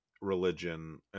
religion